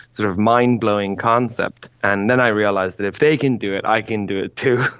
sort of mind blowing concept. and then i realised that if they can do it, i can do it too.